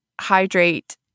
hydrate